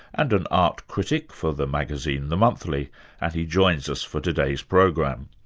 and an art critic for the magazine the monthly and he joins us for today's program.